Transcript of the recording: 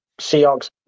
Seahawks